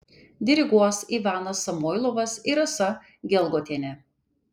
diriguos ivanas samoilovas ir rasa gelgotienė